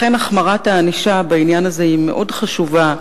לכן, החמרת הענישה בעניין הזה היא מאוד חשובה.